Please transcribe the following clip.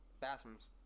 bathrooms